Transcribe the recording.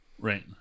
Right